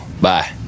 Bye